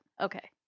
okay